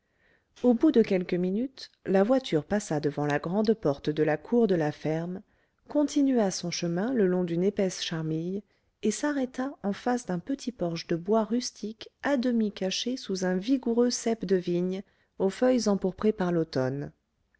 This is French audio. au bout de quelques minutes la voiture passa devant la grande porte de la cour de la ferme continua son chemin le long d'une épaisse charmille et s'arrêta en face d'un petit porche de bois rustique à demi caché sous un vigoureux cep de vigne aux feuilles empourprées par l'automne